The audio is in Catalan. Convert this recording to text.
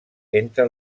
entre